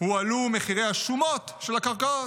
הועלו מחירי השומות של הקרקעות,